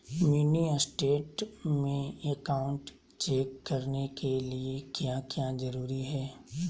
Mini state में account check करने के लिए क्या क्या जरूरी है?